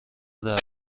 دعوت